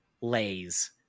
Lays